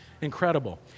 Incredible